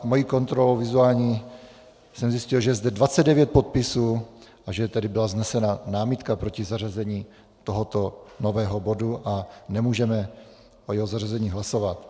Svou kontrolou vizuální jsem zjistil, že je zde 29 podpisů, a že tedy byla vznesena námitka proti zařazení tohoto nového bodu a nemůžeme o jeho zařazení hlasovat.